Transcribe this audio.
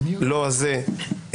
לא הזה,